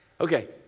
Okay